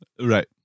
Right